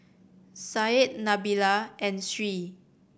Said Nabila and Sri